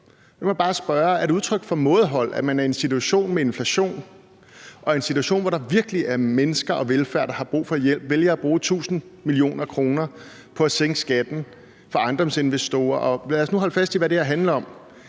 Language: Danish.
om det er udtryk for mådehold, at man i en situation med inflation, i en situation, hvor der virkelig er mennesker og velfærd, der har brug for hjælp, vælger at bruge tusind millioner kroner på at sænke skatten for ejendomsinvestorer. Lad os nu holde fast i, hvad det her handler om.